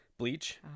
bleach